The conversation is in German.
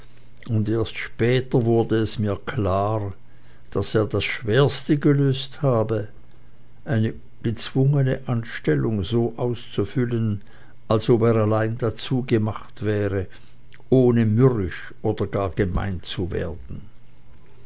und erst später wurde es mir klar daß er das schwerste gelöst habe eine gezwungene stellung ganz so auszufüllen als ob er dazu allein gemacht wäre ohne mürrisch oder gar gemein zu werden